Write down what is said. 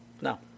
No